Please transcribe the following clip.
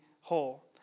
whole